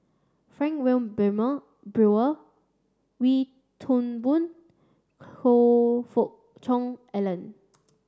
Frank Wilmin Brewer Wee Toon Boon Hoe Fook Cheong Alan